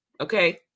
okay